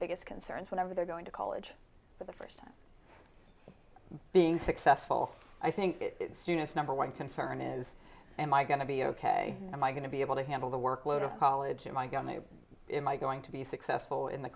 biggest concerns whenever they're going to college for the first time being successful i think students number one concern is am i going to be ok am i going to be able to handle the workload of college in my gun in my going to be successful in the